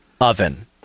oven